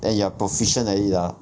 and you're proficient at it ah